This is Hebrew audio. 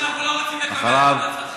סלח לנו שאנחנו לא רוצים לקבל את המלצתך.